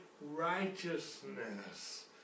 righteousness